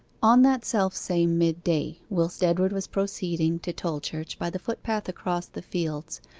on that self-same mid-day, whilst edward was proceeding to tolchurch by the footpath across the fields,